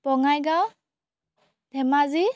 Bongaigaon Dhemaji